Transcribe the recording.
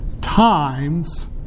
times